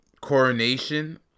coronation